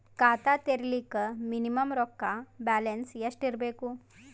ಖಾತಾ ತೇರಿಲಿಕ ಮಿನಿಮಮ ರೊಕ್ಕ ಬ್ಯಾಲೆನ್ಸ್ ಎಷ್ಟ ಇರಬೇಕು?